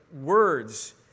words